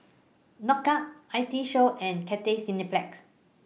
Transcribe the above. Knockout I T Show and Cathay Cineplex